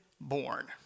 born